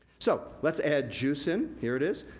so, let's add juice in, here it is.